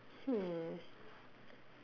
hmm